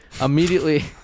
immediately